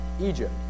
Egypt